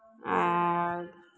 आ